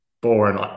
boring